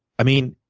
i mean,